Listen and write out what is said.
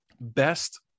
best